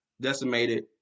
decimated